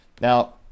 Now